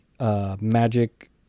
Magic